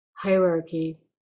hierarchy